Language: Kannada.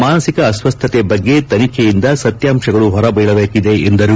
ಮಾನಸಿಕ ಅಸ್ವಸ್ಥತೆ ಬಗ್ಗೆ ತನಿಖೆಯಿಂದ ಸತ್ಯಾಂಶಗಳು ಹೊರಬೀಳಬೇಕಿದೆ ಎಂದರು